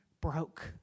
broke